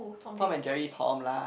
Tom and Jerry Tom lah